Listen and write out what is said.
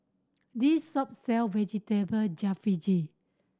this shop sell Vegetable Jalfrezi